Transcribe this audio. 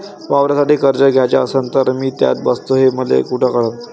वावरासाठी कर्ज घ्याचं असन तर मी त्यात बसतो हे मले कुठ कळन?